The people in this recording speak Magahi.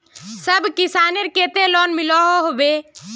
सब किसानेर केते लोन मिलोहो होबे?